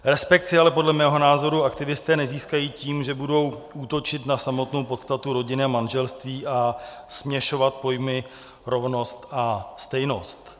Respekt si ale podle mého názoru aktivisté nezískají tím, že budou útočit na samotnou podstatu rodiny a manželství a směšovat pojmy rovnost a stejnost.